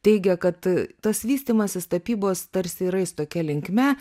teigia kad tas vystymasis tapybos tarsi ir eis tokia linkme